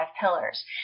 pillars